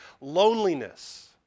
loneliness